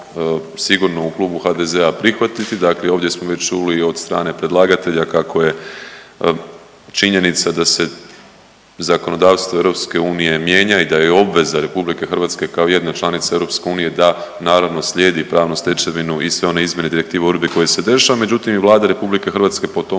u Klubu HDZ-a prihvatiti. Dakle, ovdje smo već čuli i od strane predlagatelja kako je činjenica da se zakonodavstvo Europske unije mijenja i da je obveza Republike Hrvatske kao jedne članice Europske unije da naravno slijedi pravnu stečevinu i sve one izmjene direktive … koje se dešava. Međutim i Vlada Republike Hrvatske po tom